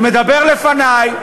שמדבר לפני,